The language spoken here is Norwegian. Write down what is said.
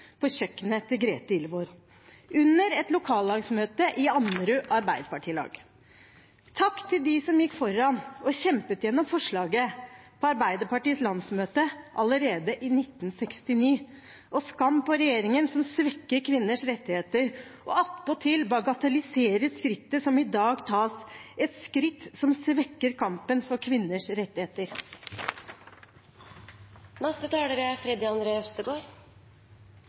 på kjøkkenet til Grethe Irvoll, under et lokallagsmøte i Ammerud Arbeiderpartilag. Takk til dem som gikk foran og kjempet igjennom forslaget på Arbeiderpartiets landsmøte allerede i 1969, og skam på regjeringen, som svekker kvinners rettigheter og attpåtil bagatelliserer skrittet som i dag tas – et skritt som svekker kampen for kvinners rettigheter.